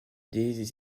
des